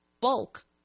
bulk